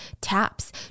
taps